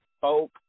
folk